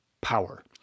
power